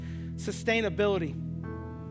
sustainability